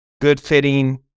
good-fitting